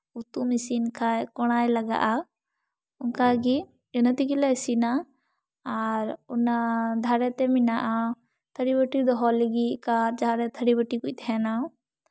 ᱩᱛᱩᱢ ᱤᱥᱤᱱ ᱠᱷᱟᱱ ᱠᱚᱲᱟᱭ ᱞᱟᱜᱟᱜᱼᱟ ᱚᱱᱠᱟᱜᱮ ᱤᱱᱟᱹ ᱛᱮᱜᱮᱞᱮ ᱤᱥᱤᱱᱟ ᱟᱨ ᱚᱱᱟ ᱫᱷᱟᱨᱮᱛᱮ ᱢᱮᱱᱟᱜᱼᱟ ᱛᱷᱟᱹᱨᱤ ᱵᱟᱹᱴᱤ ᱫᱚᱦᱚ ᱞᱟᱹᱜᱤᱫ ᱠᱟᱸᱛ ᱡᱟᱦᱟᱸᱨᱮ ᱛᱷᱟᱹᱨᱤ ᱵᱟᱹᱴᱤ ᱠᱚ ᱛᱟᱦᱮᱱᱟ